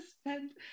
spend